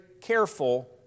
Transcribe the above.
careful